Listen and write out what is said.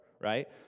right